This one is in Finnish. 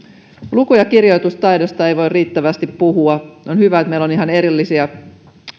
luku ja kirjoitustaidosta ei voi riittävästi puhua on hyvä että meillä on ihan erillisiä